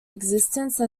existence